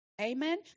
Amen